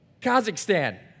Kazakhstan